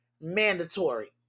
mandatory